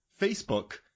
Facebook